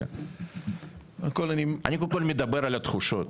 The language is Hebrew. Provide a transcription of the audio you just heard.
אני קודם כל מדבר על התחושות.